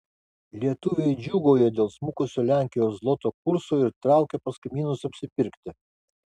lietuviai džiūgauja dėl smukusio lenkijos zloto kurso ir traukia pas kaimynus apsipirkti